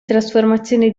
trasformazione